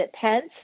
Pence